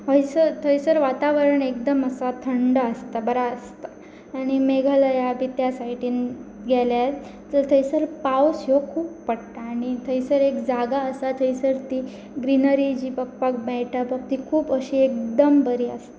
हंयसर थंयसर वातावरण एकदम आसा थंड आसता बर आसता आनी मेघालया बी त्या सायटन गेल्यार जर थंयसर पावस ह्यो खूब पडटा आनी थंयसर एक जागा आसा थंयसर ती ग्रिनरी जी बगपाक मेळटा ती खूब अशी एकदम बरी आसता